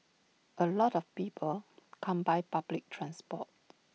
A lot of people come by public transport